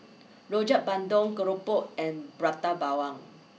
Rrojak Bandung Keropok and Prata Bawang